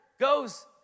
goes